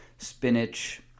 spinach